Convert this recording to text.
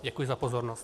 Děkuji za pozornost.